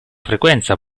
frequenza